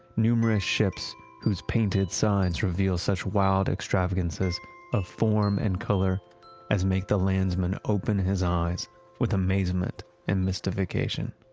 numerous ships who's painted signs reveal such wild extravagances of form and color as make the landsman open his eyes with amazement and mystification.